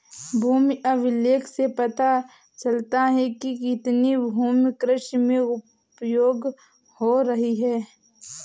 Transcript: भूमि अभिलेख से पता चलता है कि कितनी भूमि कृषि में उपयोग हो रही है